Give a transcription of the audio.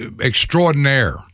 extraordinaire